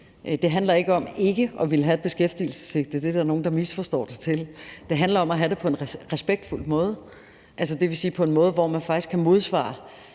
ikke handler om ikke at ville have et beskæftigelsessigte – det er der nogle, der misforstår – det handler om at have det på en respektfuld måde, det vil sige på en måde, hvor man faktisk kan modsvare